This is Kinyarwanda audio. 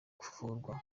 kuvurwa